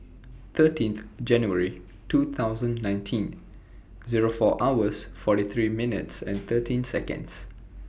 thirteenth January two thousand nineteen Zero four hours forty three minutes thirteen Seconds